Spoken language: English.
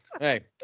Hey